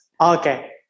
Okay